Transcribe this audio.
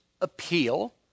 appeal